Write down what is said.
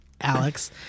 Alex